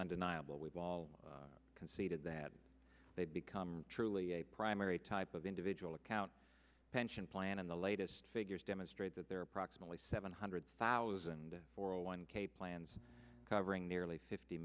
ndeniable we've all conceded that they become truly a primary type of individual account pension plan and the latest figures demonstrate that there are approximately seven hundred thousand four hundred one k plans covering nearly fifty